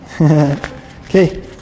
Okay